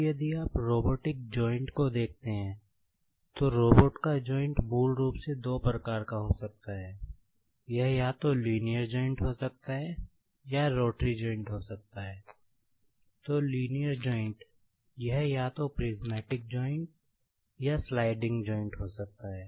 अब यदि आप रोबोटिक जॉइंट् को देखते हैं तो रोबोट हो सकता है